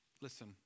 Listen